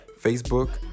Facebook